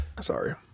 Sorry